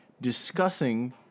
discussing